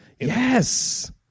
Yes